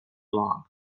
long